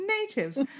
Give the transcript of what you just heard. native